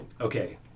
okay